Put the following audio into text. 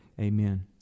Amen